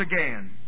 again